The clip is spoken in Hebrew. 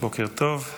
בוקר טוב.